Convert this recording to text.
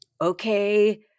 okay